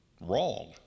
wrong